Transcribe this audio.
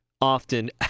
often